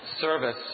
service